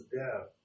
death